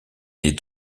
est